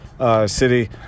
city